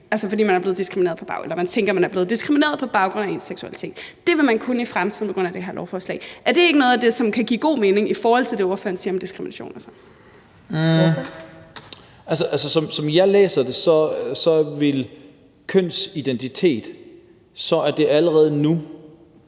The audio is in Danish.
at man er blevet diskrimineret på baggrund af ens seksualitet. Det vil man kunne i fremtiden på grund af det her lovforslag. Er det ikke noget af det, som kan give god mening i forhold til det, ordføreren siger om diskrimination? Kl. 20:57 Første næstformand (Karen Ellemann):